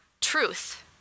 truth